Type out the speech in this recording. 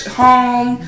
home